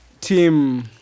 team